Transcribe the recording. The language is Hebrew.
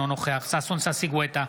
אינו נוכח ששון ששי גואטה,